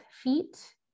feet